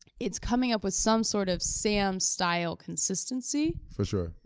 it's coming up with some sort of sam-style consistency. for sure.